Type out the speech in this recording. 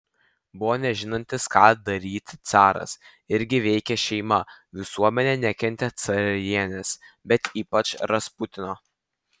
buvo nežinantis ką daryti caras irgi veikė šeima visuomenė nekentė carienės bet ypač rasputino